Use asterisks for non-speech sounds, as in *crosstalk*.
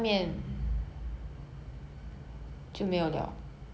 *laughs*